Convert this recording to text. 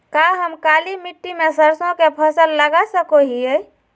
का हम काली मिट्टी में सरसों के फसल लगा सको हीयय?